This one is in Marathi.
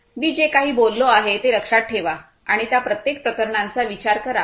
मी जे काही बोललो आहे ते लक्षात ठेवा आणि त्या प्रत्येक प्रकरणांचा विचार करा